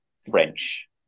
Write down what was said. French